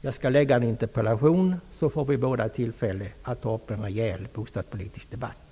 Jag skall framställa en interpellation så att vi båda får tillfälle att ta upp en rejäl bostadspolitisk debatt.